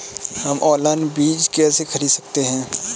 हम ऑनलाइन बीज कैसे खरीद सकते हैं?